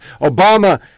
Obama